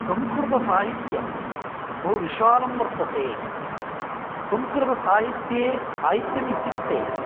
संस्कृतसाहित्यं बहुविशालं वर्तते संस्कृतसाहित्ये साहित्यम् इत्युक्ते